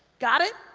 got it?